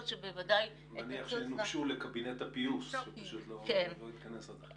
מכיוון שבמשפחתונים מדובר על 5 ילדים בטיפול,